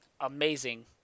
amazing